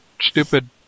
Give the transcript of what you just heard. stupid